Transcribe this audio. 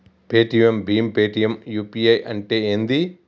Paytm భీమ్ Paytm UPI అంటే ఏంది?